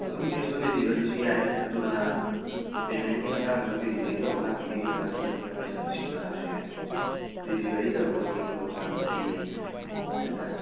ꯑꯗꯨꯝ cash on ꯗꯤꯂꯤꯕꯔꯤꯁꯨ ꯌꯥꯏ ꯑꯗꯨꯒ ꯄꯦꯃꯦꯟꯒꯤ ꯃꯇꯥꯡꯗꯁꯨ ꯗꯤꯂꯤꯕꯔꯤ ꯇꯧꯕ ꯂꯥꯛꯄ ꯃꯤꯗꯨꯗ ꯑꯗꯨꯝ ꯑꯩꯈꯣꯏꯅ ꯄꯩꯁꯥꯗꯨ ꯁꯤꯟꯅꯔꯛꯑꯁꯨ ꯌꯥꯏ ꯗꯤꯂꯤꯕꯔꯤ ꯇꯧꯕꯒꯤ ꯈꯨꯗꯣꯡ ꯆꯥꯕꯁꯨ ꯄꯤꯖꯩ ꯍꯥꯏꯇꯥꯔꯦ